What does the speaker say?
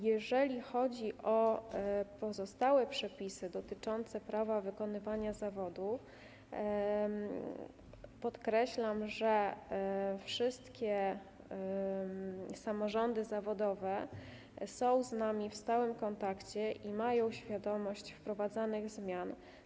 Jeżeli chodzi o pozostałe przepisy dotyczące prawa wykonywania zawodu, podkreślam, że wszystkie samorządy zawodowe są z nami w stałym kontakcie i mają świadomość wprowadzanych zmian.